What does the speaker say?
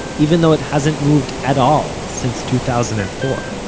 even though it hasn't moved at all since two thousand and four.